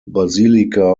basilica